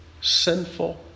sinful